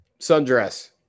sundress